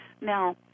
Now